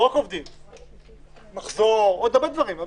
לא רק על מספר עובדים אלא גם על מחזור ועוד הרבה פרמטרים.